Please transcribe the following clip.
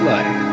Life